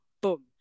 boom